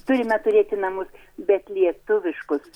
turime turėti namus bet lietuviškus